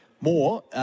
more